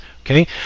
Okay